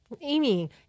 amy